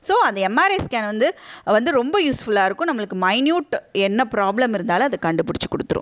so அந்த MRI scan வந்து வந்து ரொம்ப யூஸ்ஃபுல்லாக இருக்கும் நம்மளுக்கு மைன்யூட் என்ன ப்ராப்ளம் இருந்தாலும் அது கண்டுபிடிச்சி கொடுத்துரும்